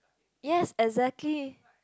yes exactly